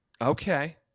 Okay